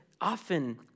often